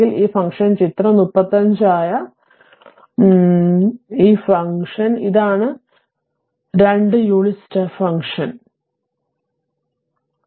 ഈ ഫംഗ്ഷൻ ചിത്രം 35 ആയ ഈ ഫംഗ്ഷൻ ഈ ഫംഗ്ഷൻ ഈ ഫംഗ്ഷൻ ഇതാണ് സെ 2 യൂണിറ്റ് സ്റ്റെപ്പ് ഫംഗ്ഷൻ ഇത് സെ 2 സ്റ്റെപ്പ് ഫംഗ്ഷന്റെ സംഗ്രഹമായി സെ 2 സ്റ്റെപ്പ് ആണ്